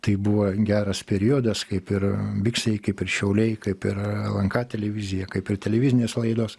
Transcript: tai buvo geras periodas kaip ir biksai kaip ir šiauliai kaip ir lnk televizija kaip ir televizinės laidos